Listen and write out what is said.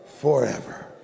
forever